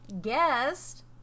guest